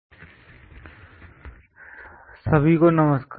introduction VI सभी को नमस्कार